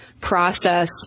process